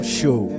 show